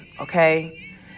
okay